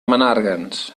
menàrguens